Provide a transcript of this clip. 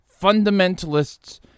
fundamentalists